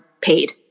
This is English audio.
paid